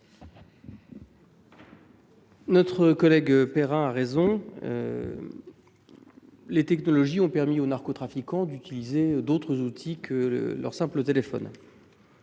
Notre collègue Cédric Perrin a raison : les technologies ont permis aux narcotrafiquants d’utiliser d’autres outils que leur simple téléphone.